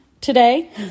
today